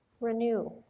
renew